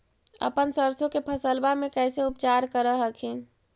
अपन सरसो के फसल्बा मे कैसे उपचार कर हखिन?